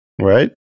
Right